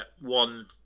one